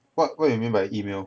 what what you mean by email